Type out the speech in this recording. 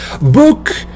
book